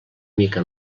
mica